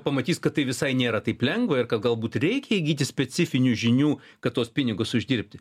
pamatys kad tai visai nėra taip lengva ir kad galbūt reikia įgyti specifinių žinių kad tuos pinigus uždirbti